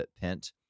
Pent